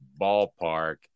ballpark